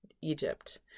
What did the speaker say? egypt